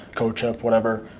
codeship, whatever.